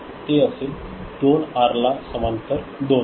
ते असेल 2 आर ला समांतर 2 आर